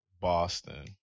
Boston